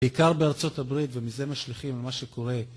בעיקר בארצות הברית ומזה משליכים למה שקורה.